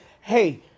hey